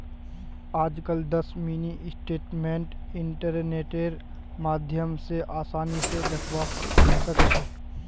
आजकल दस mini statement इन्टरनेटेर माध्यम स आसानी स दखवा सखा छी